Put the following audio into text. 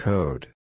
Code